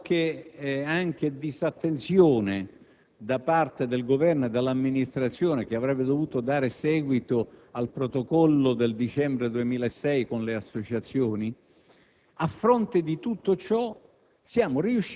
qualche improvvisazione o magari disattenzione da parte del Governo e dell'amministrazione (che avrebbe dovuto dare seguito al protocollo del dicembre 2006 con le associazioni),